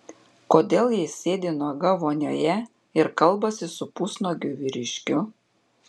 kodėl ji sėdi nuoga vonioje ir kalbasi su pusnuogiu vyriškiu